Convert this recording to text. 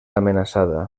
amenaçada